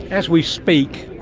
as we speak,